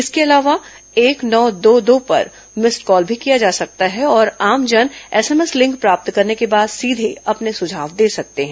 इसके अलावा एक नौ दो दो पर भी मिस्ड कॉल भी किया जा सकता है और आमजन एसएमएस लिंक प्राप्त करने के बाद सीधे अपने सुझाव दे सकते हैं